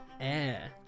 Air